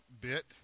bit